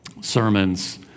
sermons